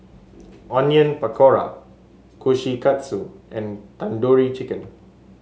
Onion Pakora Kushikatsu and Tandoori Chicken